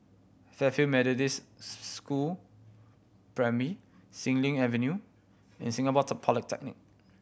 Fairfield Methodist School Primary Xilin Avenue and Singapore Polytechnic